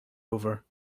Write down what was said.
over